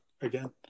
again